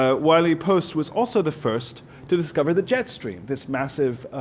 ah wiley post was also the first to discover the jet stream, this massive